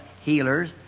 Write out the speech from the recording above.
healers